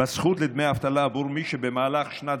בזכות לדמי אבטלה בעבור מי שבמהלך שנת